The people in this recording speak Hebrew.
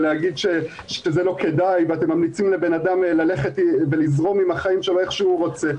להגיד שזה לא כדאי ואתם ממליצים לאדם לזרום עם החיים שלו איך שהוא רוצה,